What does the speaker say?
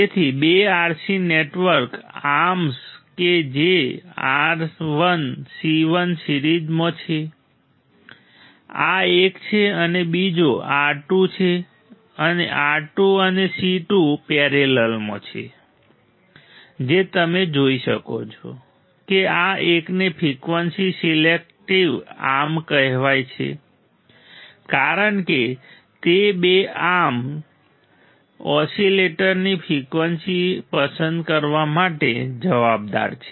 તેથી બે RC network arms કે જે R1 C1 સિરીઝમાં છે આ એક છે અને બીજો R2 છે અને R2 અને C2 પેરેલલમાં છે જે તમે જોઈ શકો છો કે આ એકને ફ્રિક્વન્સી સિલેક્ટિવ આર્મ્સ કહેવાય છે કારણ કે તે બે આર્મ્સ ઓસિલેટરની ફ્રિકવન્સી પસંદ કરવા માટે જવાબદાર છે